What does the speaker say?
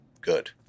good